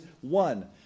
one